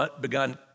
begun